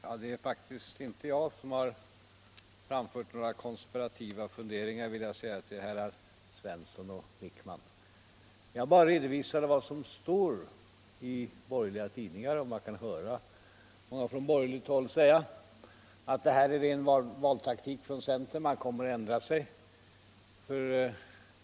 Herr talman! Det är faktiskt inte jag som har framfört några konspirativa funderingar, det vill jag säga till herrar Svensson i Malmö och Wijkman. Jag bara redovisade vad som står i borgerliga tidningar. Man kan höra många från borgerligt håll säga att detta är ren valtaktik från centern. Man kommer att ändra sig.